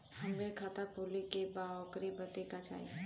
हमके खाता खोले के बा ओकरे बादे का चाही?